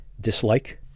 dislike